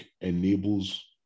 enables